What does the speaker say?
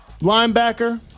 linebacker